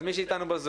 אז מי מאיתנו בזום,